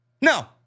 No